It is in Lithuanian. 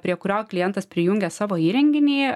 prie kurio klientas prijungęs savo įrenginį